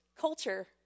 culture